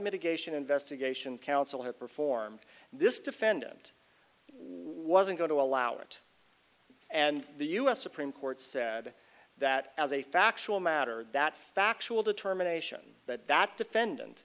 mitigation investigation counsel had performed this defendant wasn't going to allow it and the u s supreme court said that as a factual matter that factual determination that that defendant